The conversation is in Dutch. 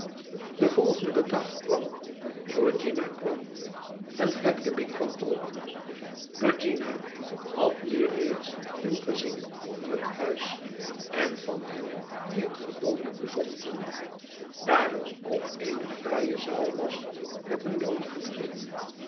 de volgende dag kwam georgiana kwam en fledgeby kwam ook georgiana had nu reeds veel gezien van het huis en van hen die het gewoonlijk bezochten daar er ook eene fraaie zaal was met een biljart er